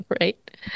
right